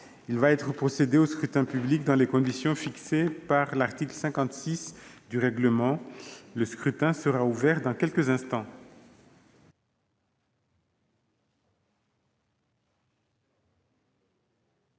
Il va être procédé au scrutin dans les conditions fixées par l'article 56 du règlement. Le scrutin est ouvert. Personne ne demande